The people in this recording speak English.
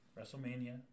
WrestleMania